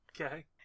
Okay